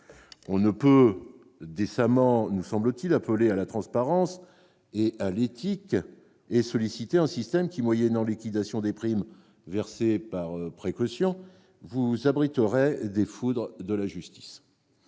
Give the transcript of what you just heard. On ne peut décemment, nous semble-t-il, appeler à la transparence et à l'éthique et imaginer dans le même temps un système qui, moyennant liquidation des primes versées par précaution, vous abriterait des foudres de la justice.